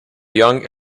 young